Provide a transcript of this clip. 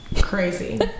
crazy